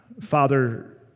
Father